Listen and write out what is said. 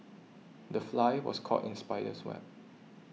the fly was caught in spider's web